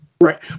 Right